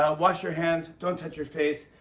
ah wash your hands. don't touch your face.